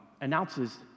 announces